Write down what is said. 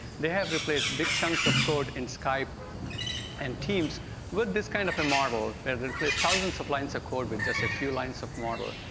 they have replaced big chunks of code in skype and teams with this kind of a model that will replace thousands of lines code with just a few lines of model,